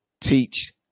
teach